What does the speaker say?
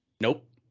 Nope